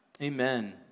Amen